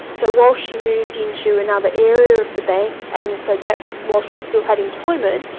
so while she moved into another area of the bank, and so that was while she still had employment,